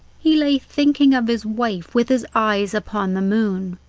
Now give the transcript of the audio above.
he lay thinking of his wife with his eyes upon the moon,